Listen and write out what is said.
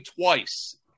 twice